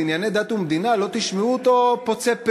בענייני דת ומדינה לא תשמעו אותו פוצה פה.